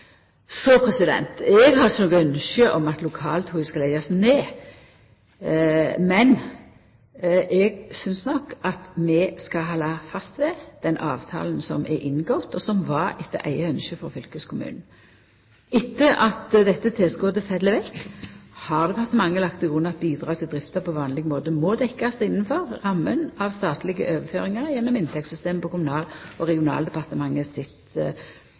Eg har ikkje noko ynske om at lokaltoget skal leggjast ned, men eg synest nok at vi skal halda fast ved den avtalen som er inngått, og som var inngått etter eige ynske frå fylkeskommunen. Etter at dette tilskottet fell bort, har departementet lagt til grunn at bidrag til drifta på vanleg måte må dekkjast innafor ramma av statlege overføringar gjennom inntektssystemet på Kommunal- og regionaldepartementet sitt